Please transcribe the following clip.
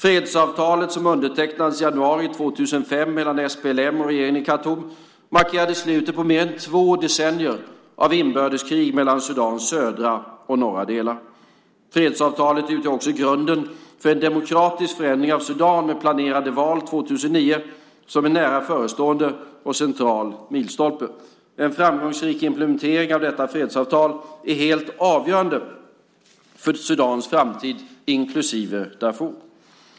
Fredsavtalet som undertecknades i januari 2005 mellan SPLM och regeringen i Khartoum markerade slutet på mer än två decennier av inbördeskrig mellan Sudans södra och norra delar. Fredsavtalet utgör också grunden för en demokratisk förändring av Sudan med planerade val 2009 som en nära förestående och central milstolpe. En framgångsrik implementering av detta fredsavtal är helt avgörande för Sudans framtid, inklusive Darfur.